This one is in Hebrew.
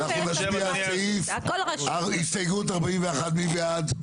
אוקיי, אנחנו נצביע על הסתייגות 41. מי בעד?